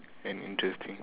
and interesting